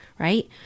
right